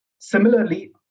Similarly